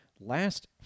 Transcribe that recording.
last